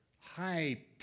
high